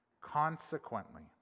Consequently